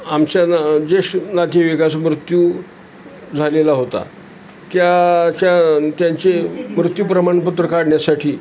आमच्या ना जे नातेवाईकाचं मृत्यू झालेला होता त्याच्या त्यांचे मृत्यू प्रमाणपत्र काढण्यासाठी